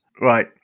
Right